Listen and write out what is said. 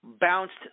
bounced